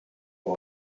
you